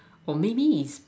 or maybe is